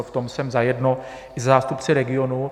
V tom jsem zajedno i se zástupci regionů.